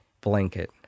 blanket